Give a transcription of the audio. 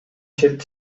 чет